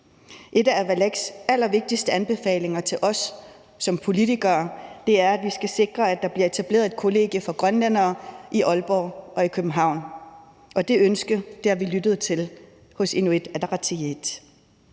En af Avalaks allervigtigste anbefalinger til os som politikere er, at vi skal sikre, at der bliver etableret et kollegie for grønlændere i Aalborg og i København, og det ønske har vi lyttet til hos Inuit Ataqatigiit.